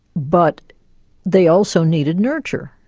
but they also needed nurture,